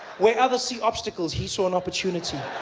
where others see obstacles, he saw an opportunity